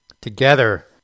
together